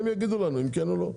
הם יאמרו לנו אם כן או לא.